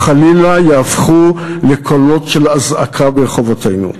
או חלילה יהפכו לקולות של אזעקה ברחובותינו.